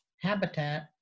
habitat